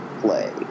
play